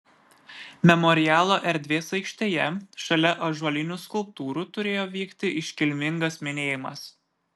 memorialo erdvės aikštėje šalia ąžuolinių skulptūrų turėjo vykti iškilmingas minėjimas